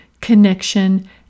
connection